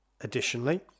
Additionally